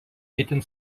itin